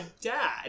dad